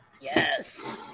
Yes